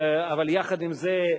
אבל יחד עם זה,